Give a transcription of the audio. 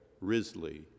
Risley